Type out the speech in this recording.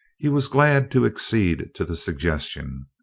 he was glad to accede to the suggestion.